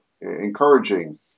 encouraging